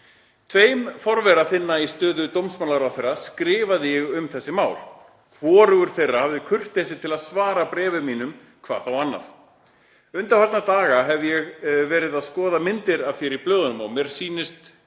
Tveim forvera þinna í stöðu dómsmálaráðherra skrifaði ég um þessi mál. Hvorugur þeirra hafði kurteisi til að svara bréfum mínum, hvað þá annað. Undanfarna daga hef ég verið að skoða myndir af þér í blöðunum og mér sýnist á